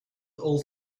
all